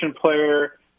player